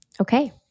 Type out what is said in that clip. Okay